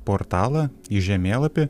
portalą į žemėlapį